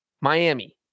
Miami